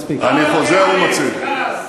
חבר הכנסת ברכה,